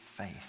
faith